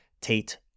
Tate